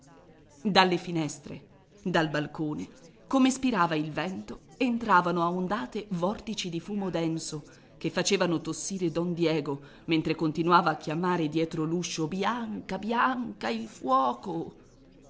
dalle finestre dal balcone come spirava il vento entravano a ondate vortici di fumo denso che facevano tossire don diego mentre continuava a chiamare dietro l'uscio bianca bianca il fuoco